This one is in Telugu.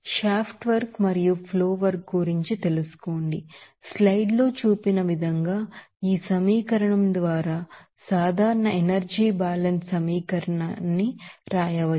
షాఫ్ట్ వర్క్ మరియు ఫ్లో వర్క్ గురించి తెలుసుకోండి స్లైడ్ లో చూపించిన విధంగా ఈ సమీకరణం ద్వారా సాధారణ ఎనర్జీ బ్యాలెన్స్ సమీకరణాన్ని రాయవచ్చు